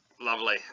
Lovely